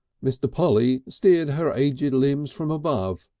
mr. polly steered her aged limbs from above.